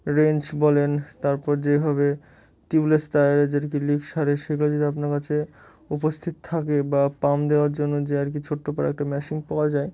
range বলেন তারপর যেভাবে টিউবলেস টায়ারে যের কি লিক সারে সেগুলো যদি আপনার কাছে উপস্থিত থাকে বা পাম্প দেওয়ার জন্য যে আর কি ছোট্ট পর একটা মেশিন পাওয়া যায়